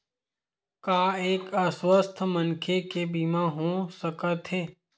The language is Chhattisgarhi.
का एक अस्वस्थ मनखे के बीमा हो सकथे?